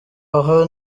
aho